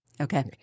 Okay